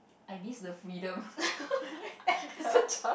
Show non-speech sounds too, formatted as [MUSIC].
I miss the freedom [LAUGHS] and the